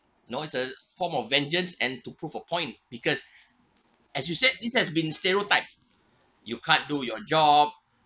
no it's a form of vengeance and to prove a point because as you said this has been stereotype you can't do your job